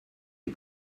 des